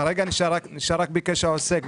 כרגע נשאר רק ביקש העוסק.